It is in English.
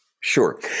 sure